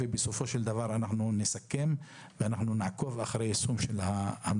ובסופו של דבר אנחנו נסכם ונעקוב אחר יישום ההמלצות.